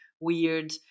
weird